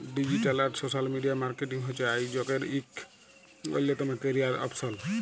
digital আর social media marketing হছে আইজকের ইক অল্যতম ক্যারিয়ার অপসল